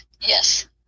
Yes